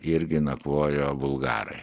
irgi nakvojo bulgarai